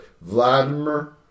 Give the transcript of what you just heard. Vladimir